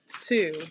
Two